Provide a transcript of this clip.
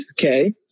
okay